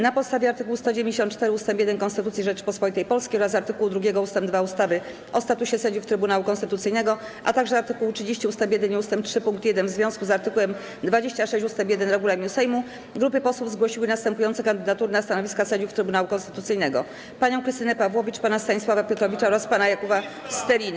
Na podstawie art. 194 ust. 1 Konstytucji Rzeczypospolitej Polskiej oraz art. 2 ust. 2 ustawy o statusie sędziów Trybunału Konstytucyjnego, a także art. 30 ust. 1 i ust. 3 pkt 1 w związku z art. 26 ust. 1 regulaminu Sejmu grupy posłów zgłosiły następujące kandydatury na stanowiska sędziów Trybunału Konstytucyjnego: panią Krystynę Pawłowicz, pana Stanisława Piotrowicza oraz pana Jakuba Stelinę.